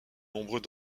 nombreux